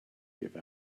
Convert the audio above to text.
give